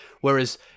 whereas